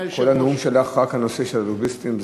כל הנאום שלך רק על הנושא של הלוביסטים,